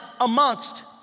amongst